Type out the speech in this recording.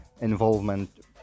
involvement